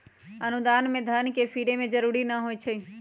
अनुदान में धन के फिरे के जरूरी न होइ छइ